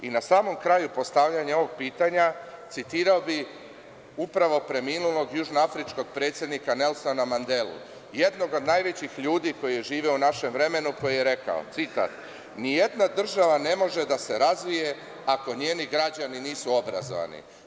Na samom kraju postavljanja ovog pitanja citirao bih upravo preminulog južnoafričkog predsednika Nelsona Mandelu, jednog od najvećih ljudi koji je živeo u našem vremenu, koji je rekao: „Nijedna država ne može da se razvije ako njeni građani nisu obrazovani“